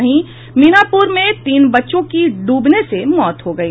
वहीं मीनापुर में तीन बच्चों की डूबने से मौत हो गयी